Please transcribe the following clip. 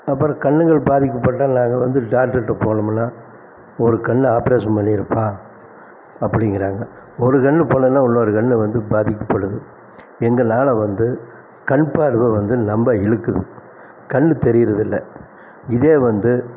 அப்புறோம் கண்ணுகள் பாதிக்கப்பட்டால் நாங்கள் வந்து டாக்டர்கிட்ட போணமுனா ஒரு கண்ணு ஆப்ரேஷன் பண்ணிருப்பா அப்படிங்குறாங்க ஒரு கண்ணு போணோன இன்னொரு கண்ணு வந்து பாதிக்கப்படுது எங்கனால வந்து கண் பார்வை வந்து நம்ம இழுக்குது கண்ணு தெரியிறது இல்லை இதே வந்து